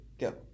Go